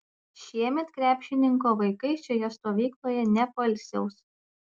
šiemet krepšininko vaikai šioje stovykloje nepoilsiaus